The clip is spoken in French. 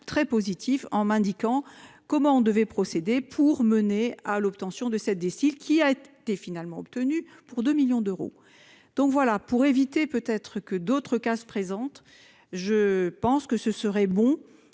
très positif en m'indiquant comment on devait procéder pour mener à l'obtention de cette des qui a été finalement obtenu pour 2 millions d'euros. Donc voilà pour éviter peut être que d'autres cas se présente. Je pense que ce serait bon